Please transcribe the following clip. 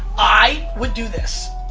i would do this.